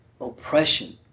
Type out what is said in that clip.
oppression